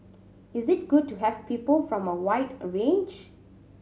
is it good to have people from a wide a range